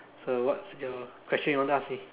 so what's your question you want to ask me